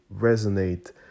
resonate